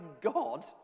God